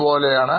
ഒരുപോലെയാണ്